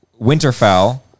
Winterfell